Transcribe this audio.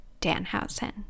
Danhausen